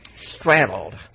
straddled